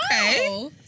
Okay